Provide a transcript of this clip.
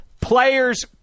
players